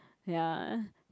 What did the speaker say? ya